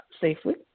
safely